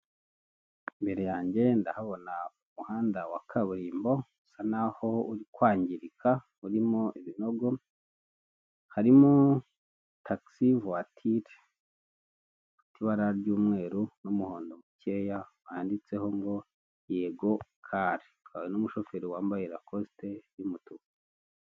Imbere yanjye ndahabona umuhanda wa kaburimbo usa naho uri kwangirika urimo ibinogo. Harimo tagisi vuwatire y'ibara ry'umweru n'umuhondo mukeya yanditseho ngo yego kari, hakaba n'umushoferi wambaye rakosite y'umutuku.